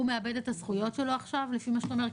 הוא מאבד את הזכויות שלו עכשיו לפי מה שאתה אומר,